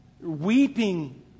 weeping